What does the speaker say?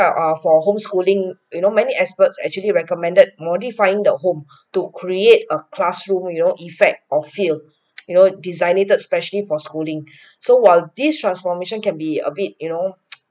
for ah for home schooling you know many experts actually recommended modifying the home to create a classroom real effect or feel you know designated specially for schooling so while this transformation can be a bit you know